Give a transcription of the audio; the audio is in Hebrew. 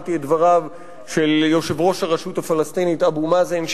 שמעתי את דבריו של יושב-ראש הרשות הפלסטינית אבו מאזן,